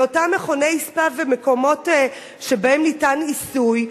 לאותם מכוני ספא ומקומות שבהם ניתן עיסוי,